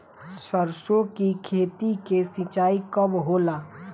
सरसों की खेती के सिंचाई कब होला?